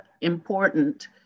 important